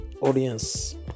audience